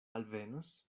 alvenos